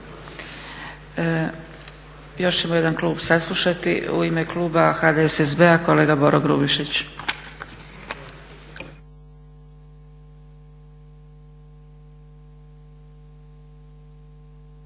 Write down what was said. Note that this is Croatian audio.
Još ćemo jedan klub saslušati. U ime kluba HDSSB-a kolega Boro Grubišić.